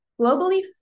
Globally